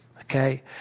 Okay